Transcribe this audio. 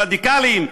רדיקליים,